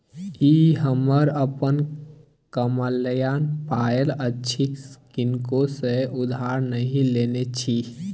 ई हमर अपन कमायल पाय अछि किनको सँ उधार नहि नेने छी